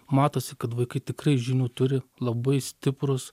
matosi kad vaikai tikrai žinių turi labai stiprūs